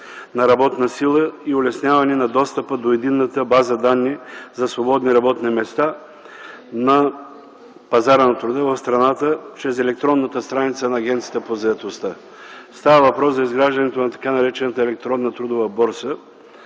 на работна сила и улесняване на достъпа до единната база данни за свободни работни места на пазара на труда в страната чрез електронната страница на Агенцията по заетостта. Става въпрос за изграждането на така наречената електронна трудова борса